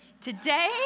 Today